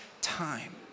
time